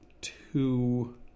two